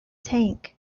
tank